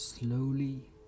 Slowly